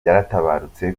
yaratabarutse